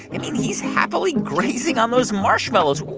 i mean, he's happily grazing on those marshmallows.